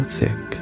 thick